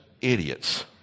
idiots